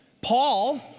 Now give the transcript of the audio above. Paul